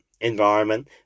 environment